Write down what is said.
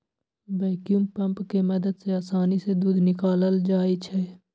vacuum pump के मदद से आसानी से दूध निकाकलल जाइ छै